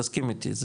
תסכים איתי.